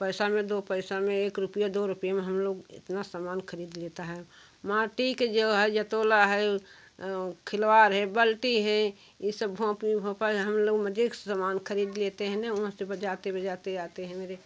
पैसा में दो पैसा में एक रुपया दो रुपया में हम लोग इतना समान खरीद लेता है माटी के जो है या तोला है खिलवाड़ है बाल्टी है ये सब भोंपी भोंपा जो हम लोग मजे से समान खरीद लेते हैं न वहाँ से बजाते बजाते आते हैं मेरे